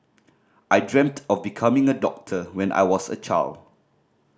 I dreamt of becoming a doctor when I was a child